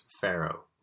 Pharaoh